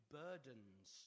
burdens